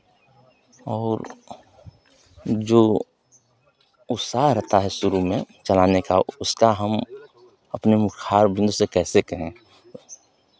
और जो उत्साह रहता है शुरू में चलाने का उसका हम अपने मुखारबिन्द से कैसे कहें